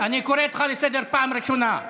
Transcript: אני קורא אותך לסדר פעם ראשונה.